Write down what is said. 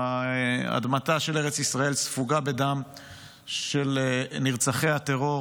אדמתה של ארץ ישראל ספוגה בדם של נרצחי הטרור